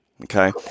okay